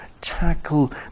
tackle